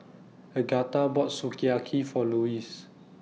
Agatha bought Sukiyaki For Lewis